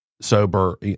sober